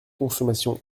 consommation